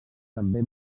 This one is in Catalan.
també